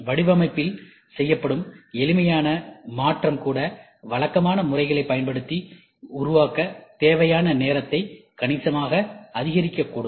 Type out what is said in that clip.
வடிவமைப்பில் செய்யப்படும் எளிமையான மாற்றம் கூட வழக்கமான முறைகளைப் பயன்படுத்தி உருவாக்கத் தேவையான நேரத்தை கணிசமாக அதிகரிக்கக்கூடும்